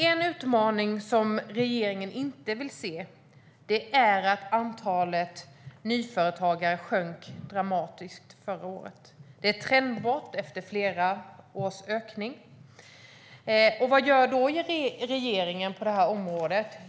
En utmaning som regeringen inte vill se är att antalet nyföretagare sjönk dramatiskt förra året. Det är ett trendbrott efter flera års ökning. Vad gör då regeringen på det här området?